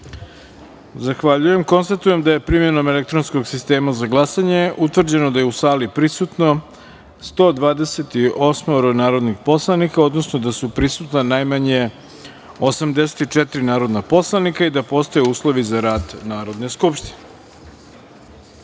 jedinice. Zahvaljujem. Konstatujem da je, primenom elektronskog sistema za glasanje, utvrđeno da je u sali prisutno 128 narodnih poslanika, odnosno da su prisutna najmanje 84 narodna poslanika i da postoje uslovi za rad Narodne skupštine. Pre